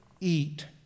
eat